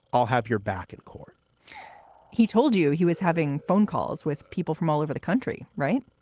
i'll have your back in court he told you he was having phone calls with people from all over the country. right